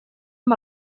amb